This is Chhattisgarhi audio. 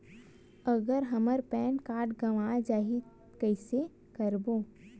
अगर हमर पैन कारड गवां जाही कइसे करबो?